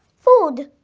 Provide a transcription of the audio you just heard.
food.